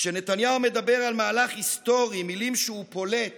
כשנתניהו מדבר על מהלך היסטורי, מילים שהוא פולט